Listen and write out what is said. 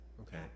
okay